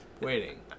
waiting